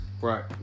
Right